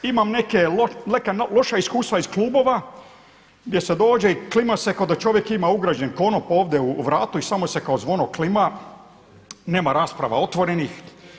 Imam neka loša iskustva iz klubova gdje se dođe i klima se ko da čovjek ima ugrađen konop ovdje u vratu i samo se kao zvono klima, nema rasprava otvorenih.